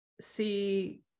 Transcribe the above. see